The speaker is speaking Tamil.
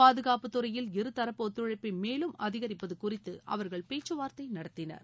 பாதுகாப்பு துறையில் இருதரப்பு ஒத்துழைப்பை மேலும் அதிகரிப்பது குறித்து அவர்கள் பேச்சுவார்த்தை நடத்தினர்